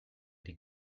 die